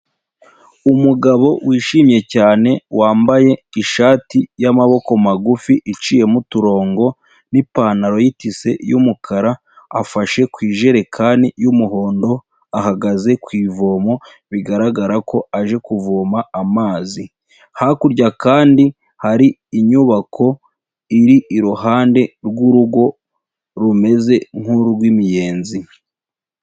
Umugabo wishimye cyane, wambaye ishati y'amaboko magufi iciyemo uturongo, n'ipantaro y'itisi y'umukara, afashe ku ijerekani y'umuhondo, ahagaze ku ivomo, bigaragara ko aje kuvoma amazi, hakurya kandi hari inyubako iri iruhande rw'urugo, rumeze nk'urw'imiyenzi.